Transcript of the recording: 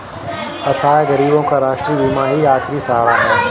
असहाय गरीबों का राष्ट्रीय बीमा ही आखिरी सहारा है